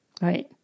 Right